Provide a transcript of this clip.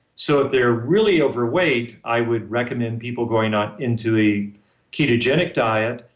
so, if they're really overweight, i would recommend people going on into a ketogenic diet,